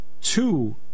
two